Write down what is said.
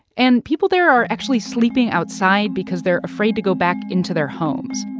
and people there are actually sleeping outside because they're afraid to go back into their homes.